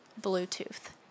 Bluetooth